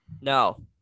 No